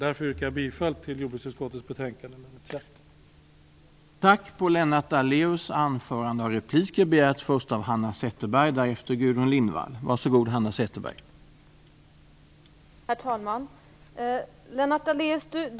Därför yrkar jag bifall till hemställan i jordbruksutskottets betänkande nr 13.